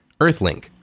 Earthlink